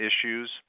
issues